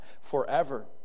forever